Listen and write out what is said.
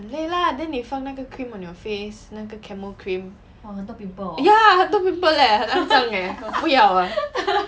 累 lah then 你放那个 cream on your face 那个 cameo cream ya 很多 pimple leh 很肮脏 eh 我不要 ah